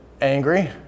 angry